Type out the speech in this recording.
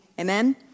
Amen